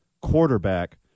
quarterback